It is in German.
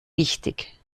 wichtig